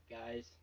guys